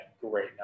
great